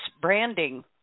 branding